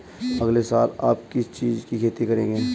अगले साल आप किस चीज की खेती करेंगे?